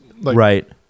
Right